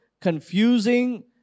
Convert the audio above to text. confusing